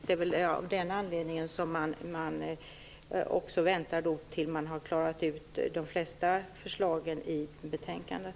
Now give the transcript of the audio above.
Det är väl av den anledningen man väntar på att reda ut de flesta av förslagen i betänkandet.